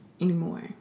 anymore